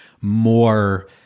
more